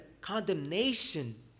condemnation